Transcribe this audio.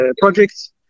projects